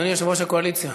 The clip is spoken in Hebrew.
אדוני יושב-ראש הקואליציה.